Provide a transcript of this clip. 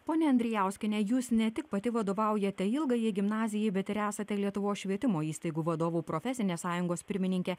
ponia andrijauskiene jūs ne tik pati vadovaujate ilgajai gimnazijai bet ir esate lietuvos švietimo įstaigų vadovų profesinės sąjungos pirmininkė